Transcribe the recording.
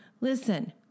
listen